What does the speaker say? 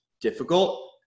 difficult